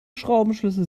schraubenschlüssel